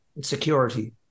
security